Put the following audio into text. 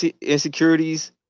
insecurities